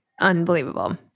unbelievable